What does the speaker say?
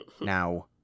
Now